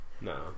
No